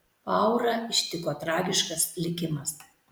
paurą ištiko tragiškas likimas